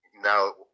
now